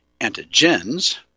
antigens